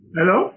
Hello